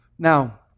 Now